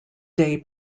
day